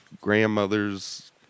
grandmother's